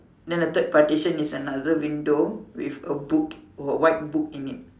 then the third partition is another window with a book or a white book in it